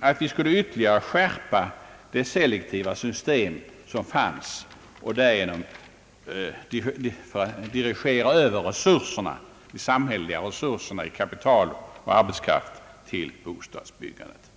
att vi skulle skärpa det selektiva system som fanns och därigenom dirigera över de samhälleliga resurserna i kapital och arbetskraft till bostadsbyggandet.